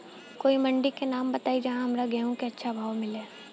कोई मंडी के नाम बताई जहां हमरा गेहूं के अच्छा भाव मिले?